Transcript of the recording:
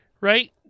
Right